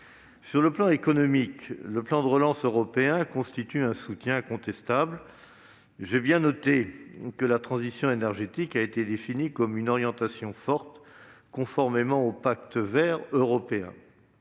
de vue économique, le plan de relance européen représente un soutien incontestable. J'ai bien noté que la transition énergétique a été définie comme une orientation forte, conformément au Pacte vert pour